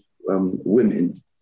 women